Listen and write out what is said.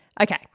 Okay